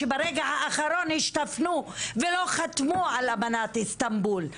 שברגע האחרון השתפנו ולא חתמו על אמנת איסטנבול,